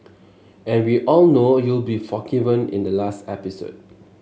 and we all know you'll be forgiven in the last episode